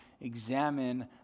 examine